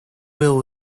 will